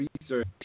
research